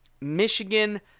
Michigan